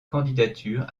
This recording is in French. candidature